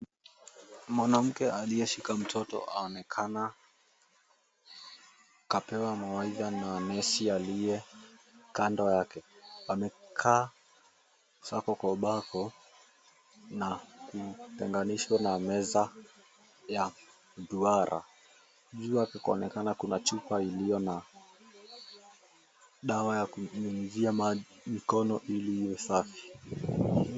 Mwanamke aliyeshika mtoto aonekana kapewa mawaidha na nesi aliyekando yake. Amekaa sako kwa bako na kutenganishwa na meza ya duara. Juu yake kwaonekana kuko na chupa iliyo na dawa ya kunyunyizia mikono ili iwe safi.